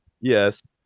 Yes